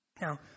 Now